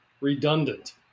redundant